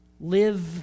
live